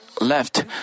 left